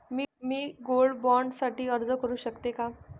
मी gold bond साठी अर्ज करु शकते का?